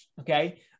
okay